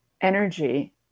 energy